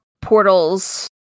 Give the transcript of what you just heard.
portals